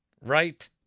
right